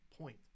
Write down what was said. point